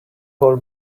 whole